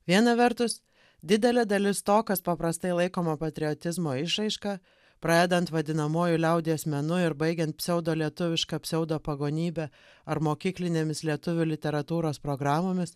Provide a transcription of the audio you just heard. viena vertus didelė dalis to kas paprastai laikoma patriotizmo išraiška pradedant vadinamuoju liaudies menu ir baigiant pseudo lietuviška pseudo pagonybe ar mokyklinėmis lietuvių literatūros programomis